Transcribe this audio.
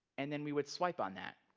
and then we would swipe on that.